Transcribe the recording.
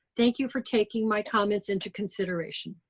thank you for taking my comments into consideration.